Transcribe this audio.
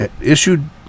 Issued